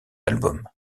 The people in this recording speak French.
album